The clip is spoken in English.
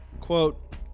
quote